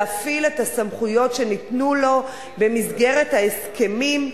להפעיל את הסמכויות שניתנו לו במסגרת ההסכמים,